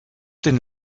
den